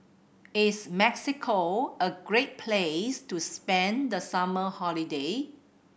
is Mexico a great place to spend the summer holiday